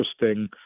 interesting